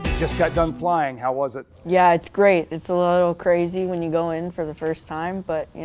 just got done flying, how was it? yeah, it's great. it's a little crazy when you go in for the first time but,